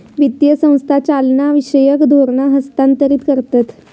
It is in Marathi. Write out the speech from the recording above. वित्तीय संस्था चालनाविषयक धोरणा हस्थांतरीत करतत